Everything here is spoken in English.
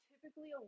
typically